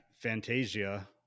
Fantasia